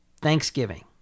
Thanksgiving